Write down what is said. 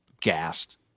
gassed